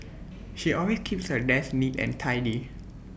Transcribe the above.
she always keeps her desk neat and tidy